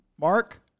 Mark